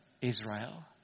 Israel